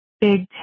big